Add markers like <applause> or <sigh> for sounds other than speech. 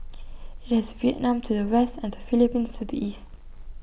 <noise> IT has Vietnam to the west and the Philippines to the east